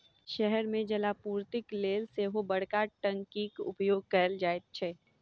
शहर मे जलापूर्तिक लेल सेहो बड़का टंकीक उपयोग कयल जाइत छै